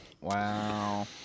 Wow